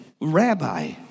Rabbi